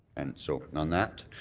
and so on that,